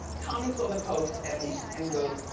tommy saw the post and and goes,